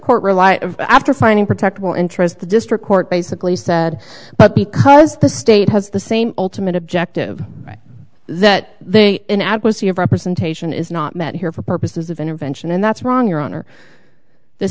court rely on after finding protectable interest the district court basically said but because the state has the same ultimate objective that they in adequacy of representation is not met here for purposes of intervention and that's wrong your honor the